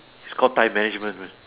it's called time management right